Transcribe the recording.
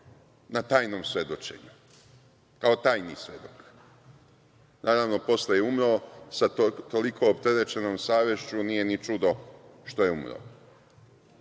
na tajnom svedočenju kao tajni svedok. Naravno, posle je umro. Sa toliko opterećenom savešću nije ni čudo što je